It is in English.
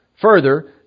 Further